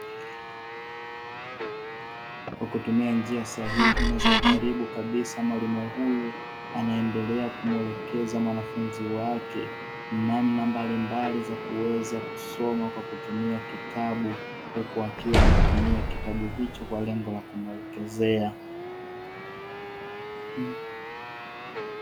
Kwa kutumia njia sahihi na za ukaribu kabisa mwalimu huyu anaendelea kumwelekeza mwanafunzi wake namna mbalimbali za kuweza kusoma kwa kutumia kitabu, huku akiwa ametuimia kitabu hicho kwa lengo la kumwelekezea.